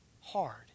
hard